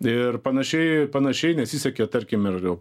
ir panašiai panašiai nesisekė tarkim ir